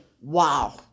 wow